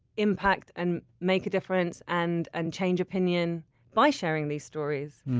impact and make a difference and and change opinion by sharing these stories.